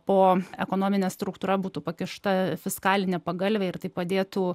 po ekonomine struktūra būtų pakišta fiskalinę pagalvę ir tai padėtų